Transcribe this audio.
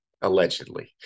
Allegedly